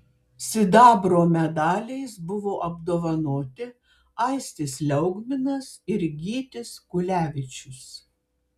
sidabro medaliais buvo apdovanoti aistis liaugminas ir gytis kulevičius